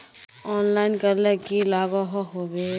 Online करले की लागोहो होबे?